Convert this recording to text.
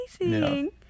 amazing